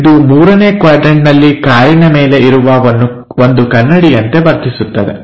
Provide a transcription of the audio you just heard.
ಇದು ಮೂರನೇ ಕ್ವಾಡ್ರನ್ಟನಲ್ಲಿ ಕಾರಿನ ಮೇಲೆ ಇರುವ ಒಂದು ಕನ್ನಡಿಯಂತೆ ವರ್ತಿಸುತ್ತದೆ